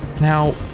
Now